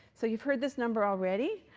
so you've heard this number already,